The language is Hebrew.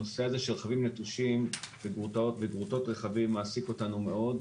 נושא הרכבים הנטושים וגרוטאות רכבים מעסיק אותנו מאוד,